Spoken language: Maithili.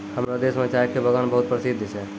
हमरो देश मॅ चाय के बागान बहुत प्रसिद्ध छै